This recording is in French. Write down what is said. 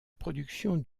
production